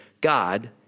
God